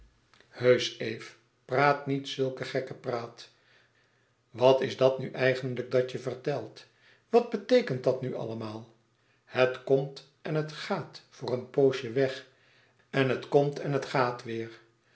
eve praat niet zulke gekkepraat wat is dat nu eigenlijk dat je vertelt wat beteekent dat nu allemaal het komt en het gaat voor een poosje weg en het komt en het gaat weêr